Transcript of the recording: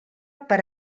per